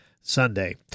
Sunday